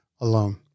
alone